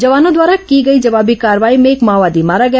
जवानों द्वारा की गई जवाबी कार्रवाई में एक माओवादी मारा गया